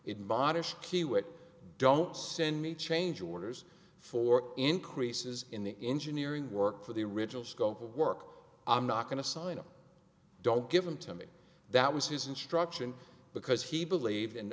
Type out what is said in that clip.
kiewit don't send me change orders for increases in the engineering work for the original scope of work i'm not going to sign up don't give them to me that was his instruction because he believed